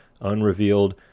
unrevealed